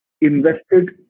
invested